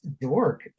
Dork